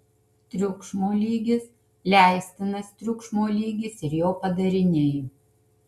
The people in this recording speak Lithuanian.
triukšmo lygis leistinas triukšmo lygis ir jo padariniai